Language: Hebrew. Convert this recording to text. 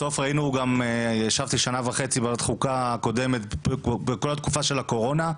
ישבתי שנה וחצי בחוקה הקודמת בכל התקופה של הקורונה,